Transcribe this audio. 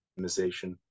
optimization